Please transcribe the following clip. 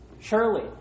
Surely